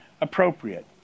appropriate